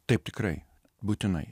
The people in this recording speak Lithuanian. taip tikrai būtinai